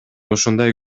ушундай